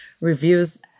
reviews